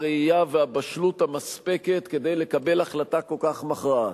הראייה והבשלות המספקת כדי לקבל החלטה כל כך מכרעת.